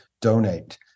donate